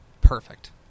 Perfect